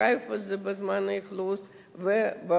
בחיפה זה במצב אכלוס ובלוד.